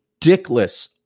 dickless